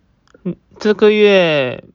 hmm 这个月